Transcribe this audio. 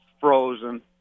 frozen